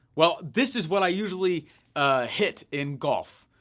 well, this is what i usually hit in golf.